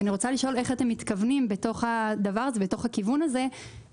ואני רוצה לשאול איך אתם מתכוונים בתוך הכיוון הזה להגן